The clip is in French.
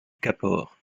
kapoor